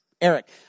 Eric